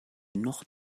noch